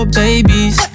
babies